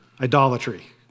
Idolatry